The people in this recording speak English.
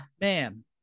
man